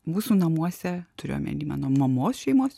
mūsų namuose turiu omeny mano mamos šeimos